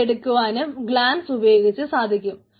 അവയെ എടുക്കാനും ഗ്ലാൻസ് ഉപയോഗിച്ച് സാധിക്കും